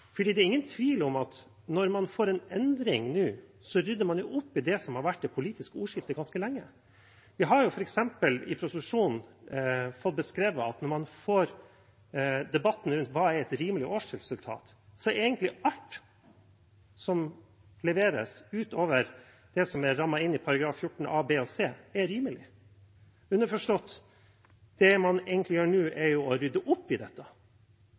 det er ingen tvil om at når man får en endring nå, rydder man opp i det som har vært det politiske ordskiftet ganske lenge. Vi har f.eks. fått beskrevet i proposisjonen at når man får debatten rundt hva som er et rimelig årsresultat, er egentlig alt som leveres utover det som er rammet inn i § 14 a, under bokstavene a, b og c, rimelig. Underforstått: Det man egentlig gjør nå, er jo å rydde opp i dette.